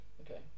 Okay